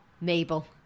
Mabel